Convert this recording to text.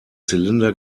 zylinder